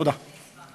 תודה.